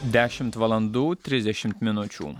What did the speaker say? dešimt valandų trisdešimt minučių